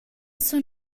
sun